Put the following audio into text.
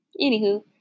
anywho